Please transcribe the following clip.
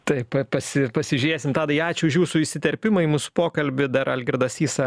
taip pa pasi pasižėsim tadai ačiū už jūsų įsiterpimą į mūsų pokalbį dar algirdą sysą